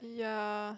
ya